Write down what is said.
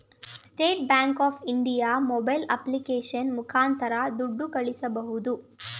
state Bank of India mobile application ಮುಖಾಂತರ ದುಡ್ಡು ಕಳಿಸಬೋದು